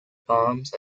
bombs